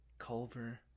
Culver